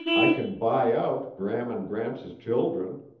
i can buy out gram and gramps' children.